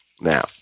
Now